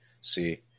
see